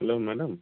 hello madam